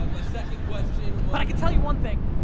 second question but i can tell you one thing,